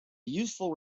useful